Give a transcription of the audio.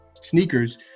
sneakers